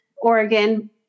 oregon